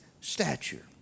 stature